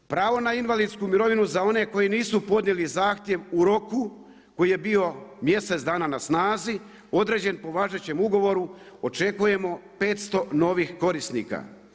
Pravo na invalidsku mirovinu za one koji nisu podnijeli zahtjev u roku koji je bio mjesec dana na snazi određen po važećem ugovoru očekujemo 500 novih korisnika.